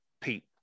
Pete